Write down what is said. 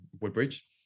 Woodbridge